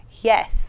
Yes